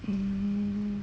mm